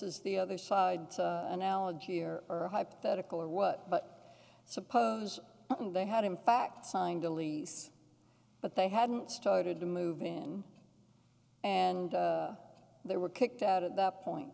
is the other side analogy here or hypothetical or what but suppose they had in fact signed a lease but they hadn't started to move in and they were kicked out at the point